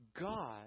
God